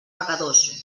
pecadors